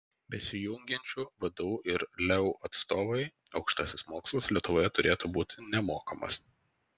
besijungiančių vdu ir leu atstovai aukštasis mokslas lietuvoje turėtų būti nemokamas